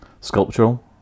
sculptural